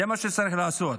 זה מה שצריך לעשות.